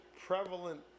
prevalent